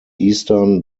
eastern